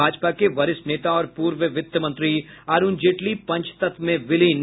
भाजपा के वरिष्ठ नेता और पूर्व वित्त मंत्री अरुण जेटली पंचतत्व में विलीन